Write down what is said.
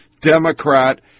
Democrat